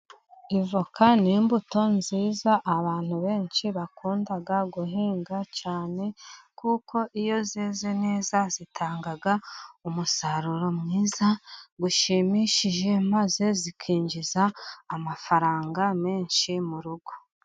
Ivoka ni imbuto nziza abantu benshi bakunda guhinga cyane, kuko iyo zeze neza zitanga umusaruro mwiza ushimishije, maze zikinjiza amafaranga menshi mu rugo.